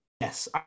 Yes